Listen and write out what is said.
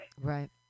Right